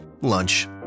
Lunch